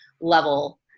level